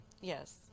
Yes